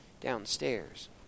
downstairs